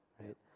right